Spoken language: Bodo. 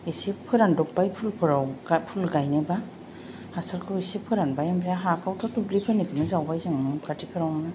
एसे फोरानब्र'ब्बाय फुलफोराव फुल गायनो बा हासारखौ एसे फोरानबाय ओमफ्राय हाखौथ' दुब्लिफोरनिफ्रायनो जावबाय जों न'खाथिफोरावनो